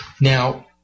Now